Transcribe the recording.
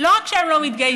לא רק שהם לא מתגייסים,